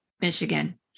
Michigan